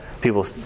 people